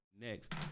Next